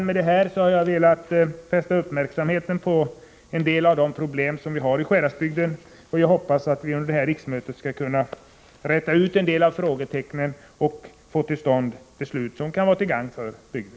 Med detta har jag velat fästa uppmärksamheten på en del av de problem vi har i Sjuhäradsbygden, och jag hoppas att vi under detta riksmöte skall kunna räta ut en del av frågetecknen och få till stånd beslut som kan vara till gagn för bygden.